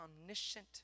omniscient